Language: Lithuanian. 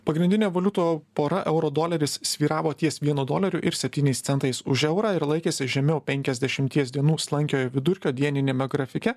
pagrindinė valiutų pora euro doleris svyravo ties vienu doleriu ir septyniais centais už eurą ir laikėsi žemiau penkiasdešimties dienų slankiojo vidurkio dieniniame grafike